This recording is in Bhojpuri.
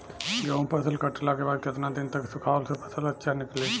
गेंहू फसल कटला के बाद केतना दिन तक सुखावला से फसल अच्छा निकली?